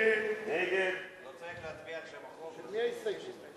של מי ההסתייגות?